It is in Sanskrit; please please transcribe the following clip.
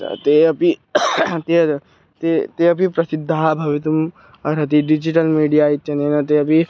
ते ते अपि ते ते ते अपि प्रसिद्धाः भवितुम् अर्हन्ति डिजिटल् मीडिया इत्यनेन ते अपि